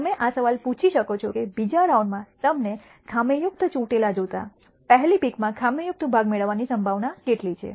તમે આ સવાલ પૂછી શકો છો કે બીજા રાઉન્ડમાં તમને ખામીયુક્ત ચૂંટેલા જોતાં પહેલી પીકમાં ખામીયુક્ત ભાગ મેળવવાની સંભાવના કેટલી છે